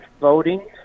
voting